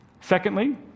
Secondly